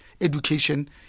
education